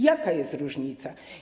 Jaka jest różnica?